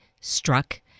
Struck